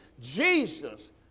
Jesus